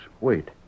Wait